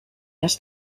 las